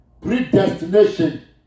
predestination